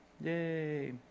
Yay